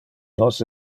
nos